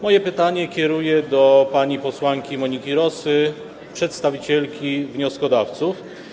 Moje pytanie kieruję do pani posłanki Moniki Rosy, przedstawicielki wnioskodawców.